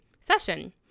session